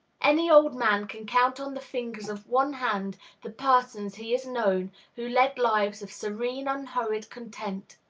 any old man can count on the fingers of one hand the persons he has known who led lives of serene, unhurried content,